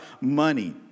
money